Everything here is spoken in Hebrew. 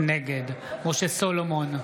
נגד משה סולומון,